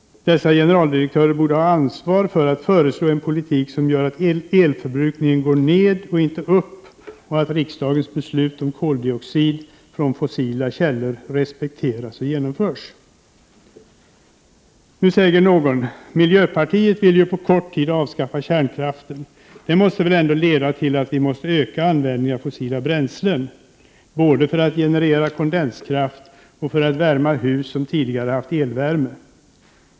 Dessa generaldirektörer borde ha ansvar för att föreslå en politik som leder till att elförbrukningen går ned och inte upp och att riksdagens beslut om koldioxid från fossila källor respekteras och genomförs. Nu säger kanske någon att miljöpartiet på kort tid vill avskaffa kärnkraften och att det väl ändå måste leda till att användningen av fossila bränslen måste öka både för att generera kondenskraft och för att värma hus som tidigare haft elvärme.